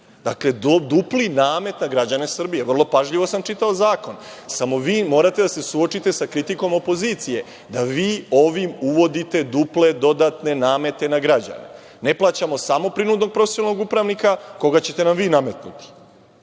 Dakle, dupli namet na građane Srbije. Vrlo pažljivo sam čitao zakon. Samo, vi morate da se suočite sa kritikom opozicije – da vi ovim uvodite duple dodatne namete na građane. Ne plaćamo samo prinudnog profesionalnog upravnika koga ćete nam vi nametnuti,